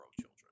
children